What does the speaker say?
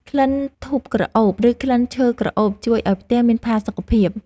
ក្លិនធូបក្រអូប ឬក្លិនឈើក្រអូបជួយឱ្យផ្ទះមានផាសុកភាព។